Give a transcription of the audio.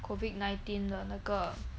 COVID nineteen 的那个